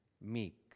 meek